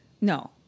no